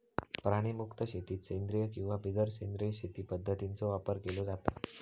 प्राणीमुक्त शेतीत सेंद्रिय किंवा बिगर सेंद्रिय शेती पध्दतींचो वापर केलो जाता